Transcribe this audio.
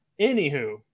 anywho